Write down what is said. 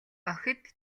охид